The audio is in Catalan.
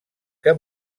que